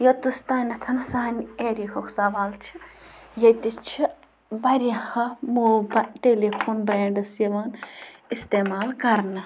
یوٚتَس تانٮ۪تھ سانہِ ایریِہُک سوال چھِ ییٚتہِ چھِ واریاہَہ موبا ٹیٚلیٚفون برٛاینٛڈٕس یِوان اِستعمال کَرنہٕ